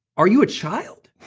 are you a child?